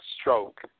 stroke